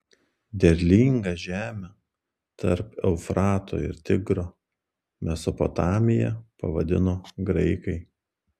derlingą žemę tarp eufrato ir tigro mesopotamija pavadino graikai